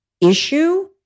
issue